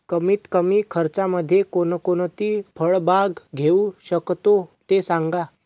कमीत कमी खर्चामध्ये कोणकोणती फळबाग घेऊ शकतो ते सांगा